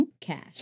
cash